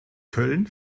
köln